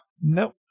Nope